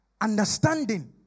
Understanding